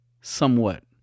Somewhat